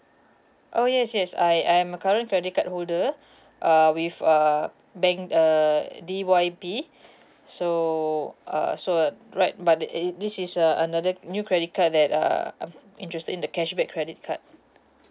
oh yes yes I I'm a current credit card holder uh with a bank uh D Y B so uh so uh right but that at it this is uh another new credit card that uh I'm interest in the cashback credit card